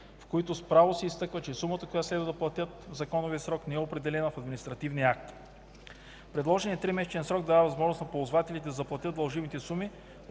в които с право се изтъква, че сумата, която трябва да платят в законовия срок, не е определена в административния акт. Предложеният тримесечен срок дава възможност на ползвателите да заплатят дължимите суми